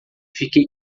fiquei